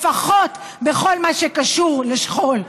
לפחות בכל מה שקשור לשכול.